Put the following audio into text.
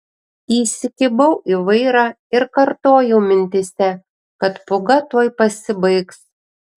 įsikibau į vairą ir kartojau mintyse kad pūga tuoj pasibaigs